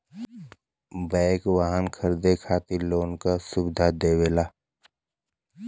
bank वाहन खरीदे खातिर लोन क सुविधा देवला